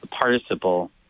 participle